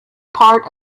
part